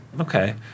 Okay